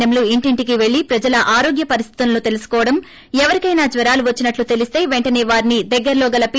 ఎంలు ఇంటింటికి పెల్లి ప్రజల ఆరోగ్య పరిస్థితులను తెలుసుకొనడం ఎవరికైనా జ్వరాలు వచ్చినట్లు తెలిస్త పెంటనే వారిని దగ్గరలో గల పి